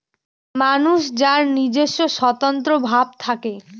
মানুষ যার নিজস্ব স্বতন্ত্র ভাব থাকে